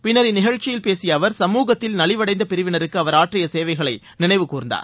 பின்னர் இந்நிகழ்ச்சியில் பேசிய அவர் சமுகத்தில் நலிவடைந்த பிரிவினருக்கு அவர் ஆற்றிய சேவைகளை நினைவு கூர்ந்தார்